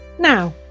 Now